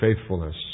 faithfulness